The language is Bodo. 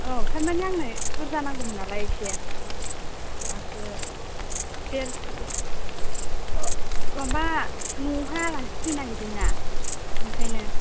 थारमाने आंनो बुर्जा नांगौमोन नालाय एसे माबासे देर केजि आह माबा न'आवहाय आलासि फैनो नागिरदों ना आंखायनो